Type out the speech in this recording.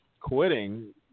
quitting